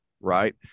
Right